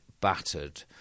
battered